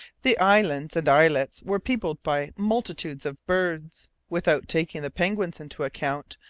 the islands and islets were peopled by multitudes of birds. without taking the penguins into account,